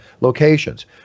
locations